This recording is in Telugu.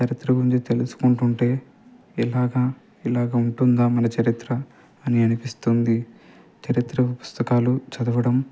చరిత్ర గురించి తెలుసుకుంటు ఉంటుంటే ఇలాగ ఇలాగ ఉంటుందా మన చరిత్ర అని అనిపిస్తుంది చరిత్ర పుస్తకాలు చదవడం